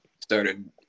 started